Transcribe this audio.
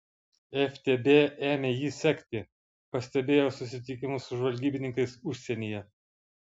ftb ėmė jį sekti pastebėjo susitikimus su žvalgybininkais užsienyje